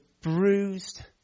bruised